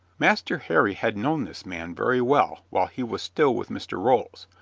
master harry had known this man very well while he was still with mr. rolls,